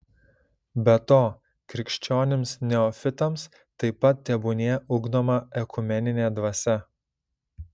be to krikščionims neofitams taip pat tebūnie ugdoma ekumeninė dvasia